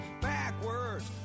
backwards